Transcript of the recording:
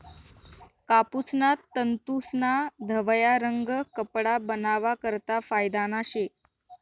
कापूसना तंतूस्ना धवया रंग कपडा बनावा करता फायदाना शे